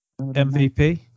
MVP